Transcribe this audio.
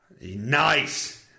Nice